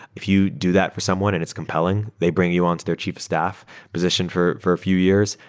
if you do that for someone and it's compelling, they bring you on to their chief of staff position for for a few years.